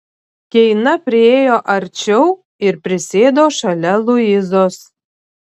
keina priėjo arčiau ir prisėdo šalia luizos